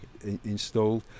installed